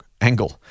angle